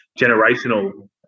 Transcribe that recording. generational